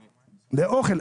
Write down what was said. לאוכל,